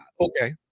okay